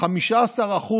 15%